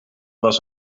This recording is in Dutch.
was